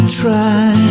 try